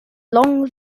long